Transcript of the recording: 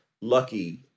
lucky